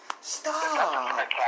Stop